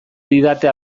didate